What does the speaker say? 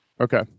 Okay